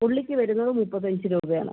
ഉള്ളിക്ക് വരുന്നത് മുപ്പത്തഞ്ച് രൂപയാണ്